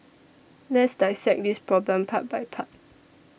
Let's dissect this problem part by part